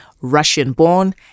Russian-born